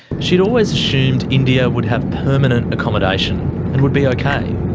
she always assumed india would have permanent accommodation and would be okay.